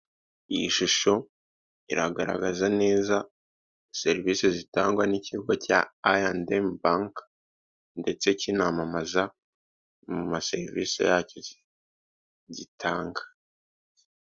Iyi shusho iragaragaza neza serivisi zitangwa n'ikigo cya I&M, ndetse kinamamaza mu maserivisi yacyo gitanga.